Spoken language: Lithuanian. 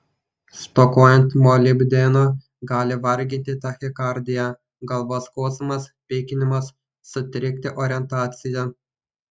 stokojant molibdeno gali varginti tachikardija galvos skausmas pykinimas sutrikti orientacija